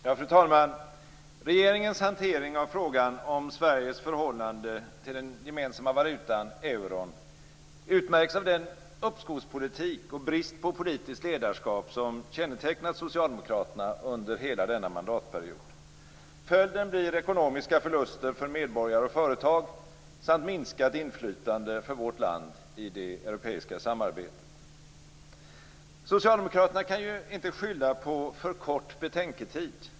Fru talman! Regeringens hantering av frågan om Sveriges förhållande till den gemensamma valutan euron utmärks av den uppskovspolitik och brist på politiskt ledarskap som kännetecknat socialdemokraterna under hela denna mandatperiod. Följden blir ekonomiska förluster för medborgare och företag samt minskat inflytande för vårt land i det europeiska samarbetet. Socialdemokraterna kan inte skylla på för kort betänketid.